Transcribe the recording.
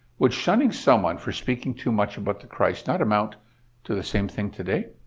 would shunning someone for speaking too much about the christ not amount to the same thing today?